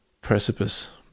precipice